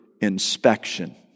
inspection